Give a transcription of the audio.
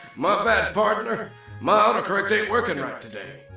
my bad, partner my auto correct ain't working right today